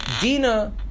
Dina